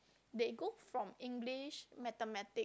they go from English Mathematics